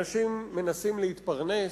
אנשים מנסים להתפרנס.